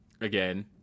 again